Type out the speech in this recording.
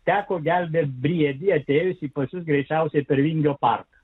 teko gelbėti briedį atėjusį pas jus greičiausiai per vingio parką